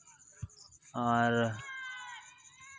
ᱟᱨ